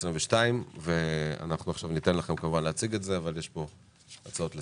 2022. אנחנו כמובן נאפשר לכם להציג אותה אבל לפני כן יש הצעות לסדר.